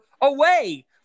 away